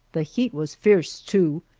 the heat was fierce, too,